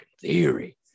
theory